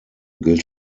gilt